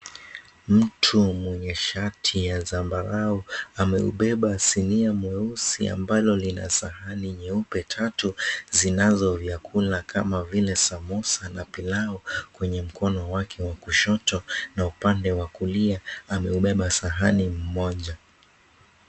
Mtu mwenye shati ya zambarau ameubeba sinia mweusi, ambalo lina sahani nyeupe tatu, zinazo vyakula kama vile samosa na pilau kwenye mkono wake wa kushoto, na upande wa kulia ameubeba sahani mmoja.